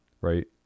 right